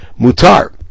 Mutar